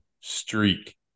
streak